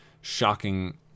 shocking